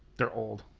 they're old.